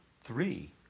Three